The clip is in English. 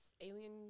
alien